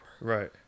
Right